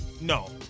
No